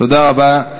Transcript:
תודה רבה.